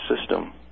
system